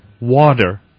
Water